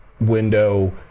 window